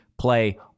play